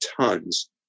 tons